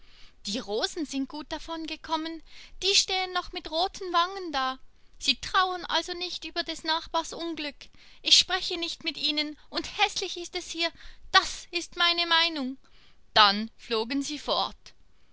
die rosen sind gut davon gekommen die stehen noch mit roten wangen da sie trauern also nicht über des nachbars unglück ich spreche nicht mit ihnen und häßlich ist es hier das ist meine meinung dann flogen sie fort